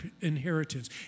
inheritance